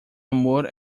amor